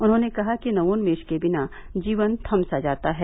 उन्होंने कहा कि नवोन्मेष के बिना जीवन थम सा जाता है